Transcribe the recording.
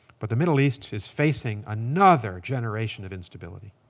but the middle east is facing another generation of instability.